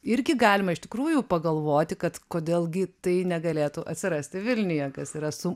irgi galima iš tikrųjų pagalvoti kad kodėl gi tai negalėtų atsirasti vilniuje kas yra su